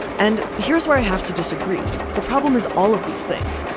and here's where i have to disagree. the problem is all of these things.